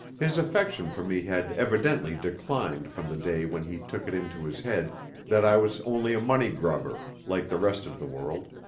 his affection for me had evidently declined from the day when he took it into his head that i was only a money-grubber, like the rest of the world,